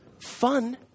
Fun